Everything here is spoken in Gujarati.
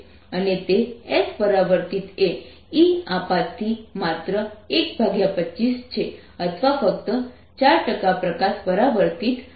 અને તેથી S પરાવર્તિત એ E આપાતથી માત્ર 125 છે અથવા ફક્ત 4 પ્રકાશ પરાવર્તિત થાય છે